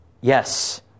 Yes